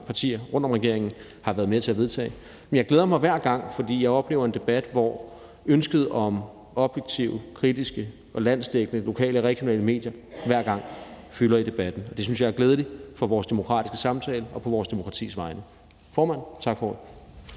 partier rundt om regeringen har været med til at vedtage, men jeg glæder mig hver gang, for jeg oplever en debat, hvor ønsket om objektive, kritiske og landsdækkende lokale og regionale medier hver gang fylder i debatten. Det synes jeg er glædeligt for vores demokratiske samtale og for vores demokrati. Tak for ordet, formand.